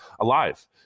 alive